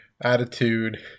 attitude